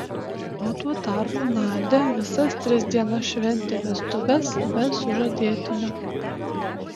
o tuo tarpu nadia visas tris dienas šventė vestuves be sužadėtinio